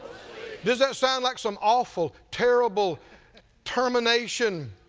does that sound like some awful, terrible termination?